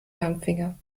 langfinger